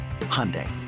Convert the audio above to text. Hyundai